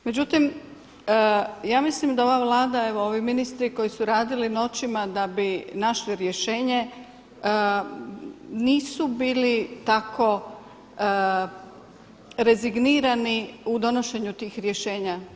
Međutim, ja mislim da ova Vlada, evo ovi ministri koji su radili noćima da bi našli rješenje nisu bili tako rezignirani u donošenju tih rješenja.